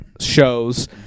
shows